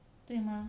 对吗